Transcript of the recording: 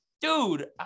dude